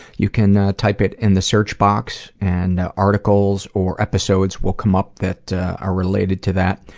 you can type it in the search box and articles or episodes will come up that are related to that.